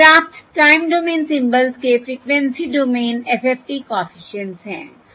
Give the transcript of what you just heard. प्राप्त time domain symbols के frequency domain FFT coefficients हैं हाँ